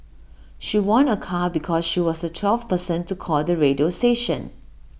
she won A car because she was the twelfth person to call the radio station